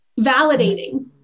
validating